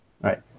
Right